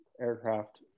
aircraft